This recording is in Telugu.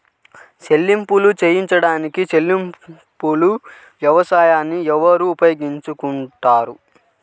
చెల్లింపులు చేయడానికి చెల్లింపు వ్యవస్థలను ఎవరు ఉపయోగించుకొంటారు?